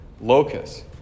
locus